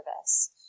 service